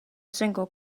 single